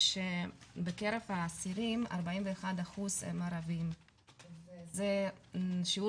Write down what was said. זה שבקרב האסירים 41% הם ערבים וזה שיעור